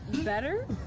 Better